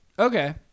okay